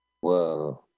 whoa